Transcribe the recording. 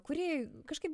kurį kažkaip